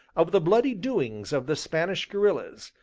of the bloody doings of the spanish guerrillas,